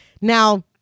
Now